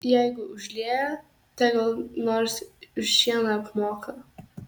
jeigu užlieja tegul nors už šieną apmoka